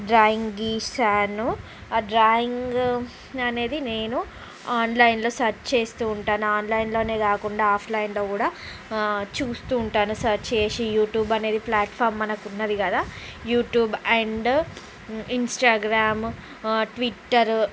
drawing గీసాను ఆ drawing అనేది నేను ఆన్లైన్లో సెర్చ్ చేస్తూ ఉంటాను ఆన్లైన్లోనే కాకుండా ఆఫ్లైన్లో కూడా చూస్తూ ఉంటాను సెర్చ్ చేసి యూట్యూబ్ అనేది ప్లాట్ఫామ్ మనకున్నది కదా యూట్యూబ్ అండ్ ఇన్స్టాగ్రామ్ ట్విట్టరు